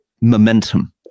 momentum